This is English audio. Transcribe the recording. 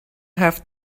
have